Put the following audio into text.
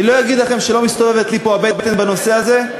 אני לא אגיד לכם שלא מסתובבת לי הבטן בנושא הזה,